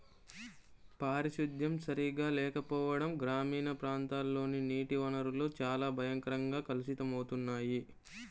పారిశుద్ధ్యం సరిగా లేకపోవడం గ్రామీణ ప్రాంతాల్లోని నీటి వనరులు చాలా భయంకరంగా కలుషితమవుతున్నాయి